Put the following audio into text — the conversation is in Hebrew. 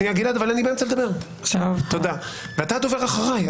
אני באמצע דבריי ואתה הדובר אחרי.